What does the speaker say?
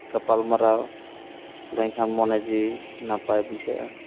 ᱜᱟᱯᱟᱞᱢᱟᱨᱟᱣ ᱞᱮᱱᱠᱷᱟᱱ ᱢᱚᱱᱮ ᱡᱤᱣᱤ ᱱᱟᱯᱟᱭ ᱵᱩᱡᱷᱟᱹᱜᱼᱟ